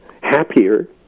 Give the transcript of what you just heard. happier